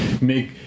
make